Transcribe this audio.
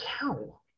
cow